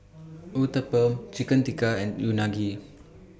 Uthapam Chicken Tikka and Unagi